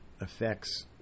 affects